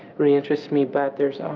really interests me, but there's